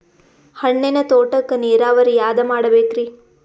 ಹಣ್ಣಿನ್ ತೋಟಕ್ಕ ನೀರಾವರಿ ಯಾದ ಮಾಡಬೇಕ್ರಿ?